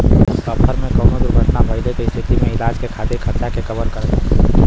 सफर में कउनो दुर्घटना भइले के स्थिति में इलाज के खातिर खर्चा के कवर करेला